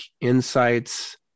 insights